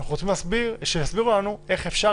אלא אנחנו רוצים שיסבירו לנו איך אפשר